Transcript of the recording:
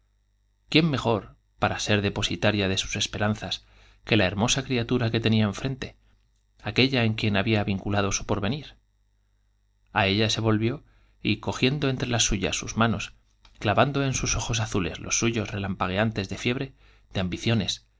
quién de la mejor para ser depositaria sus esperanzas que hermosa criatura que tenía en frente aquélla en quien había vinculado su porvenir a ella se volvió y cogiendo entre las suyas sus manos clavando en sus ojos azules los suyos relampagueantes de fiebre de ambiciones